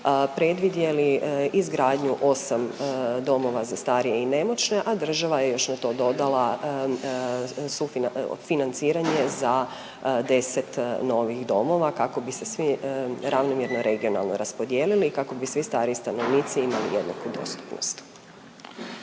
predvidjeli izgradnju 8 domova za starije i nemoćne, a država je još na to dodala .../nerazumljivo/... financiranje za 10 novih domova, kako bi se svi ravnomjerno regionalno raspodijelili i kako bi svi stariji stanovnici imali jednaku dostupnost.